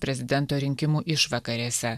prezidento rinkimų išvakarėse